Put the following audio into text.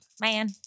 Man